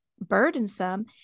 burdensome